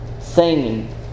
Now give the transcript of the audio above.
Singing